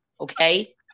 Okay